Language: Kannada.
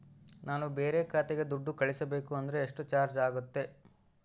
ನಾನು ಬೇರೆ ಖಾತೆಗೆ ದುಡ್ಡು ಕಳಿಸಬೇಕು ಅಂದ್ರ ಎಷ್ಟು ಚಾರ್ಜ್ ಆಗುತ್ತೆ?